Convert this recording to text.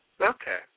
Okay